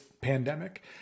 pandemic